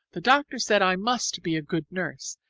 the doctor said i must be a good nurse,